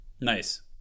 Nice